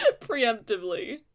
preemptively